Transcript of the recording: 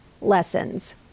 lessons